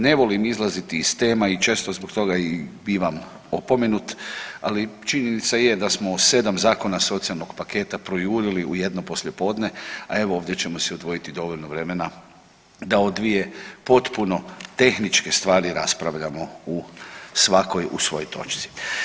Ne volim izlaziti iz tema i često zbog toga i imam opomenu, ali činjenica je da smo o 7 zakona socijalnog paketa projurili u jedno poslijepodne, a evo ovdje ćemo si otvoriti dovoljno vremena da o dvije potpuno tehničke stvari raspravljamo u svakoj u svojoj točci.